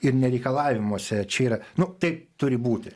ir ne reikalavimuose čia yra nu taip turi būti